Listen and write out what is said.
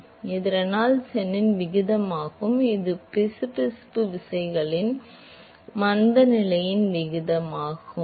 எனவே இது ரெனால்ட்ஸ் எண்ணின் விகிதமாகும் இது பிசுபிசுப்பு விசைகளின் மீது மந்தநிலையின் விகிதமாகும்